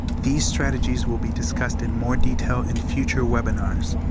these strategies will be discussed in more detail in future webinars.